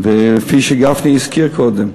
כפי שגפני הזכיר קודם,